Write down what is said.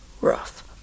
rough